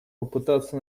попытаться